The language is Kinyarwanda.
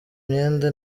myenda